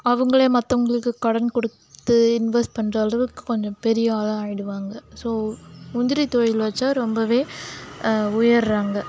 அவங்களே மற்றவங்களுக்கு கடன் கொடுத்து இன்வஸ்ட் பண்ணுற அளவுக்கு கொஞ்சம் பெரிய ஆளாக ஆய்டுவாங்க ஸோ முந்திரி தொழில் வெச்சா ரொம்பவே உயர்றாங்க